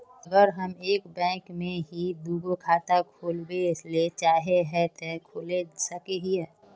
अगर हम एक बैंक में ही दुगो खाता खोलबे ले चाहे है ते खोला सके हिये?